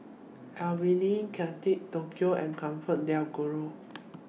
Avalon Kate Tokyo and ComfortDelGro